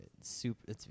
super